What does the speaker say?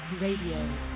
Radio